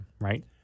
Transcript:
right